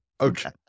okay